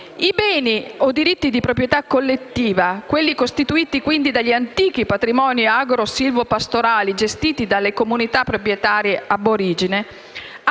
I beni o diritti di proprietà collettiva, quelli costituiti quindi dagli antichi patrimoni agrosilvopastorali gestiti dalle comunità proprietarie *ab origine*,